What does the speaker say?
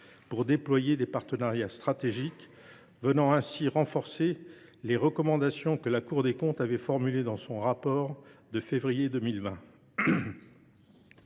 de déployer des partenariats stratégiques, venant ainsi appuyer les recommandations que la Cour des comptes avait formulées dans sa note d’analyse de février 2020.